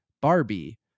Barbie